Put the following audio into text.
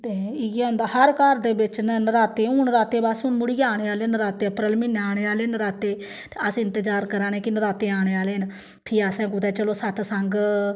ते इ'यै होंदा हर घर दे बिच्च ना नराते हून नराते बस हून मुड़ियै औने आह्ले नराते अप्रैल म्हीनै औने आह्ले नराते ते अस इंतजार करा ने कि नराते औने आह्ले न फ्ही असें चलो सतसंग